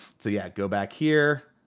so yeah, go back here,